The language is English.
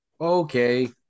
Okay